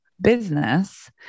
business